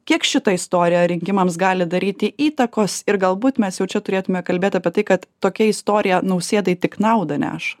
kiek šita istorija rinkimams gali daryti įtakos ir galbūt mes jau čia turėtume kalbėt apie tai kad tokia istorija nausėdai tik naudą neša